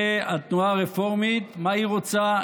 והתנועה הרפורמית, מה היא רוצה?